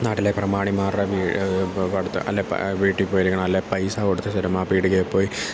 നാട്ടിലെ പ്രമാണിമാരുടെ അടുത്ത് അല്ലെങ്കിൽ വീട്ടിൽ പോയിരിക്കണം അല്ലെങ്കിൽ പൈസ കൊടുത്ത് സിനിമ പീടികയിൽ പോയി സിനിമ